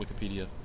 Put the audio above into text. Wikipedia